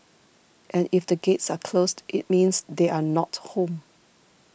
and if the gates are closed it means they are not home